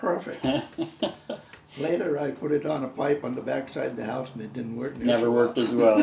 perfect later i put it on a pipe on the back side of the house and it didn't work never worked as well